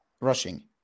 rushing